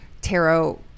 tarot